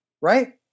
right